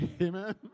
Amen